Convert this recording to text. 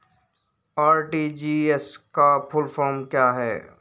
RTGS का full form क्या है?